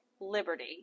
liberty